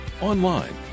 online